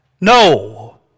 No